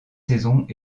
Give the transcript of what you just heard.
saisons